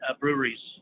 breweries